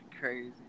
crazy